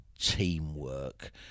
teamwork